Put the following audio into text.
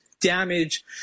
damage